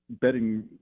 betting